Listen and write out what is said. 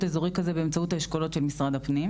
אזורי באמצעות האשכולות של משרד הפנים.